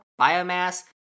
Biomass